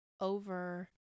over